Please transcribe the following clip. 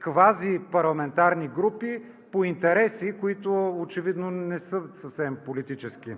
квазипарламентарни групи по интереси, които очевидно не са съвсем политически.